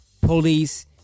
police